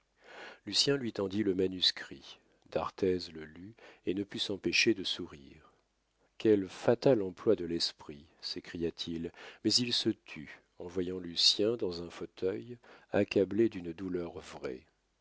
coralie lucien lui tendit le manuscrit d'arthez le lut et ne put s'empêcher de sourire quel fatal emploi de l'esprit s'écria-t-il mais il se tut en voyant lucien dans un fauteuil accablé d'une douleur vraie